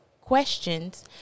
questions